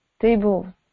table